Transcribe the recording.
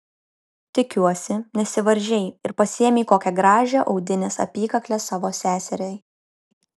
tikiuosi nesivaržei ir pasiėmei kokią gražią audinės apykaklę savo seseriai